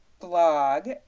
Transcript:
blog